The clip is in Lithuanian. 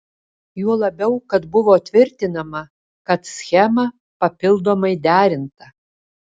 juo labiau kad buvo tvirtinama kad schema papildomai derinta